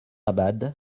abad